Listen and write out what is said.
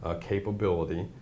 capability